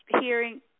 hearing